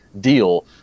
deal